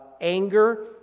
anger